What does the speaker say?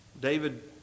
David